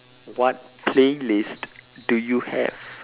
what playlist do you have